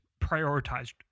prioritized